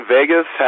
Vegas